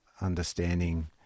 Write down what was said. understanding